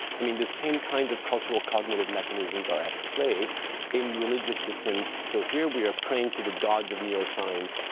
i mean, the same kinds of cultural cognitive mechanisms are at play in religious systems. so here we are praying to the gods of neuroscience,